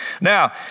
Now